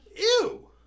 ew